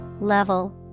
level